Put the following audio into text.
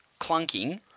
clunking